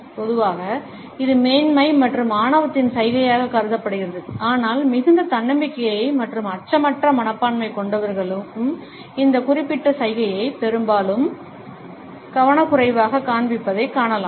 பொதுவாக இது மேன்மை மற்றும் ஆணவத்தின் சைகையாகக் கருதப்படுகிறது ஆனால் மிகுந்த தன்னம்பிக்கை மற்றும் அச்சமற்ற மனப்பான்மை கொண்டவர்களும் இந்த குறிப்பிட்ட சைகையை பெரும்பாலும் கவனக்குறைவாகக் காண்பிப்பதைக் காணலாம்